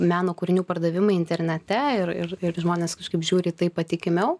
meno kūrinių pardavimai internete ir ir ir žmonės kažkaip žiūri į tai patikimiau